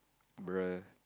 bruh